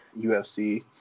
UFC